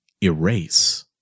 erase